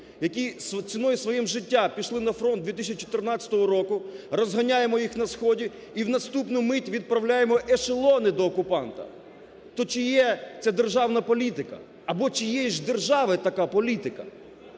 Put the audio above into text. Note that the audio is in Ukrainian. які ціною свого життя пішли на фронт у 2014 році, розганяємо їх на Сході і в наступну мить відправляємо ешелони до окупанта. То чи є це державна політика або чиєї ж держави така політика?